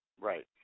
Right